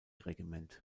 regiment